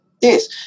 yes